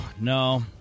No